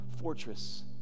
fortress